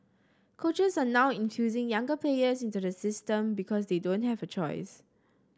coaches are now infusing younger players into the system because they don't have a choice